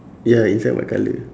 ya inside white colour